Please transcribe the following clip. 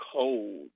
cold